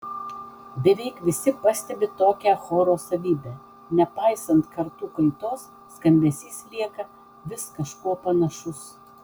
beveik visi pastebi tokią choro savybę nepaisant kartų kaitos skambesys lieka vis kažkuo panašus